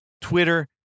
Twitter